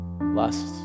lust